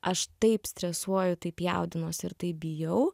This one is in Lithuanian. aš taip stresuoju taip jaudinuosi ir taip bijau